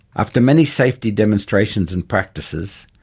after many safety demonstrations and practices,